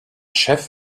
chef